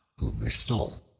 they stole,